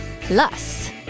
Plus